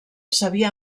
s’havia